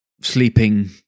sleeping